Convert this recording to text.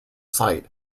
site